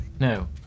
No